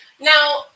Now